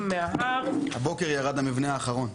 מההר --- הבוקר ירד המבנה האחרון.